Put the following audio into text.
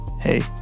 hey